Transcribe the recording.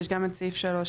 יש גם את סעיף 327,